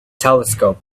telescope